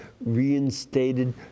reinstated